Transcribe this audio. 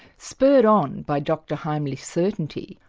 spurred on by dr heimlich's certainty,